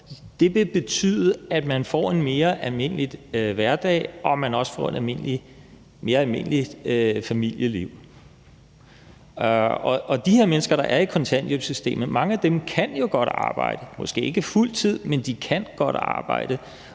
– vil betyde, at man får en mere almindelig hverdag, og at man også får et mere almindeligt familieliv. Mange af de her mennesker, der er i kontanthjælpssystemet, kan jo godt arbejde, måske ikke fuld tid, men de kan godt arbejde,